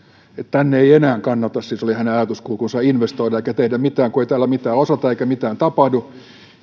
tänne ei enää kannata siis oli hänen ajatuskulkunsa investoida eikä tehdä mitään kun ei täällä mitään osata eikä mitään tapahdu